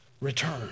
return